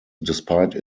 despite